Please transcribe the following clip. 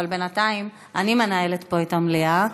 אבל בינתיים אני מנהלת פה את המליאה.